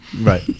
Right